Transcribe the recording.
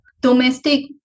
domestic